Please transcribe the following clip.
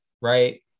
right